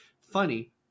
funny